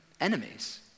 enemies